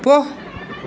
போ